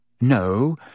No